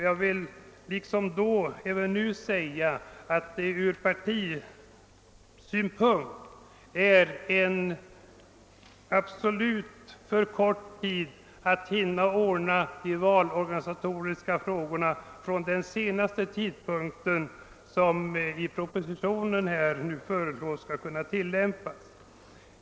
Jag vill nu liksom då säga att det ur partisynpunkt är alldeles för kort tid att hinna ordna de valorganisatoriska frågorna från den senaste tidpunkt som i propositionen föreslås skall kunna tillämpas.